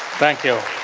thank you.